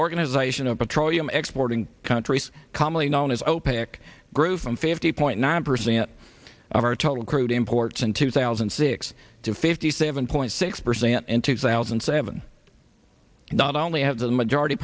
organization of petroleum exporting countries commonly known as opec grew from fifty point nine percent of our total crude imports in two thousand and six to fifty seven point six percent in two thousand and seven not only have the majority